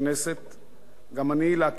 להקים בישראל מערכת תקשורת חדשה,